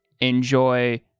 enjoy